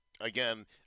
again